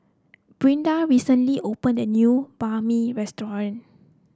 Brianda recently opened a new Banh Mi restaurant